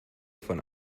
von